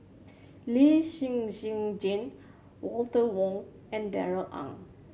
Lee Shen Shen Jane Walter Woon and Darrell Ang